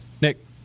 Nick